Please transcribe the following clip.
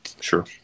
Sure